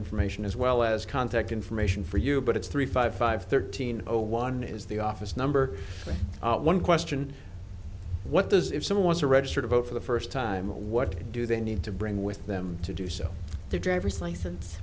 information as well as contact information for you but it's three five five thirteen zero one is the office number one question what does if some want to register to vote for the first time what do they need to bring with them to do so the driver's